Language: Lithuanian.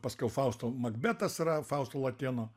paskiau fausto makbetas yra fausto latėno